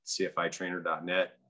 cfitrainer.net